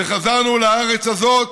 וחזרנו לארץ הזאת